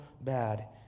bad